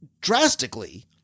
drastically